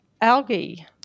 algae